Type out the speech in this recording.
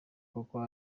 koko